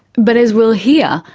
but as we'll hear,